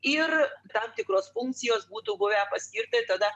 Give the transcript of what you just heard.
ir tam tikros uncijos būtų buvę paskirti tada